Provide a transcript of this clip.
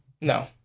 No